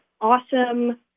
awesome